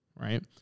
right